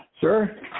Sir